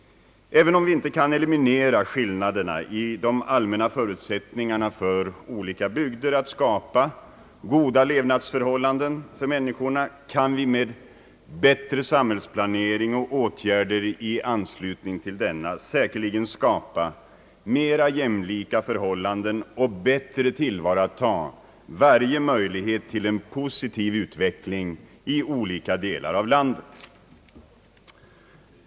även om vi inte kan eliminera skillnaderna i de allmänna förutsättningarna för olika bygder att skapa goda levnadsförhållanden för människorna, kan vi med bättre samhällsplanering och åtgärder i anslutning därtill säkerligen skapa mera jämlika förhållanden och bättre tillvarata varje möjlighet till en positiv utveckling i olika delar av landet.